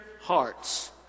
hearts